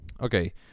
Okay